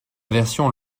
version